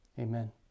Amen